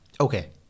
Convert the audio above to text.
Okay